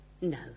No